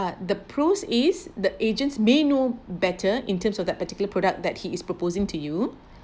but the pros is the agents may know better in terms of that particular product that he is proposing to you